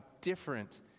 different